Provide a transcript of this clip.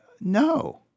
No